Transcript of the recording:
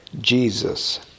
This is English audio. Jesus